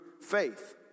faith